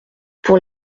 pour